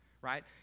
right